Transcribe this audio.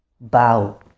bow